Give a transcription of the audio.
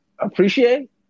Appreciate